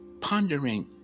pondering